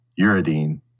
uridine